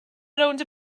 rownd